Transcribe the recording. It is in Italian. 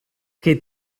che